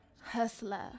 hustler